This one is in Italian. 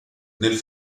nel